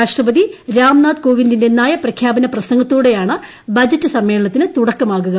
രാഷ്ട്രപതി രാംനാഥ് കോവിന്ദിന്റെ നയപ്രഖ്യാപന പ്രസംഗത്തോടെയാണ് ബജറ്റ് സമ്മേളനത്തിന് തുടക്കമാകുക